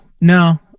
no